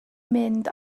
mynd